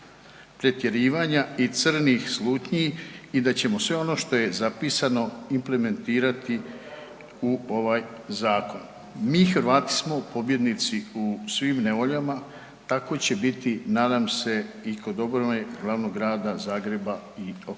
pretjerivanja i crnih slutnju i da ćemo sve ono što je zapisano implementirati u ovaj zakon. Mi Hrvati smo pobjednici u svim nevoljama, tako će biti nadam se i kod obnove glavnog grada Zagreba i okolice.